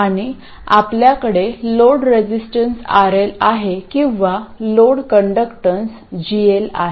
आणि आपल्याकडे load resistance RL आहे किंवा लोड कंडक्टन्स GL आहे